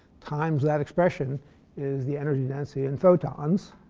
times that expression is the energy density in photons.